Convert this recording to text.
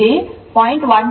16 j 0